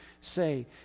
say